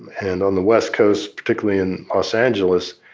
and on the west coast, particularly in los angeles,